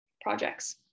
projects